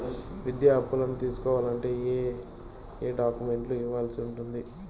విద్యా అప్పును తీసుకోవాలంటే ఏ ఏ డాక్యుమెంట్లు ఇవ్వాల్సి ఉంటుంది